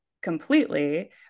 completely